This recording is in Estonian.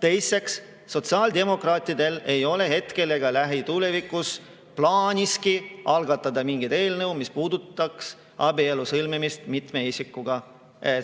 teiseks, sotsiaaldemokraatidel ei ole hetkel ega lähitulevikus plaaniski algatada mingeid eelnõusid, mis puudutaks abielu sõlmimist mitme isikuga.